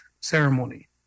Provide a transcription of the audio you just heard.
ceremony